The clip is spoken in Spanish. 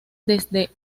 desde